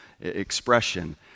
expression